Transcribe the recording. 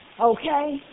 Okay